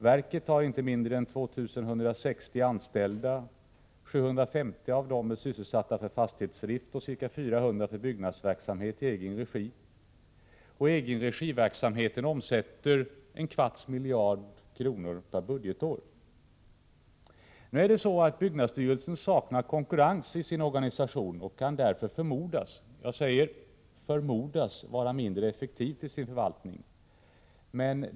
Verket har inte mindre än 2 160 anställda. 750 av dem är sysselsatta med fastighetsdrift och ca 400 med byggnadsverk samhet i egen regi. Egenregiverksamheten omsätter en kvarts miljard kronor per budgetår. Nu är det så att byggnadsstyrelsen saknar konkurrens i sin organisation och därför kan förmodas — jag säger förmodas — vara mindre effektiv i sin förvaltning.